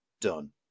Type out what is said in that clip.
done